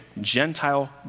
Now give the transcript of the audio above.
Gentile